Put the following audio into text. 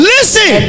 Listen